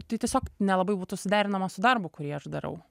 tai tiesiog nelabai būtų suderinama su darbu kurį aš darau